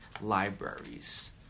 libraries